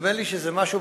נדמה לי שזה משהו,